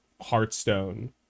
Hearthstone